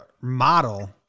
model